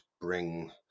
bring